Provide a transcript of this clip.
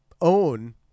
own